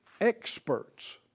experts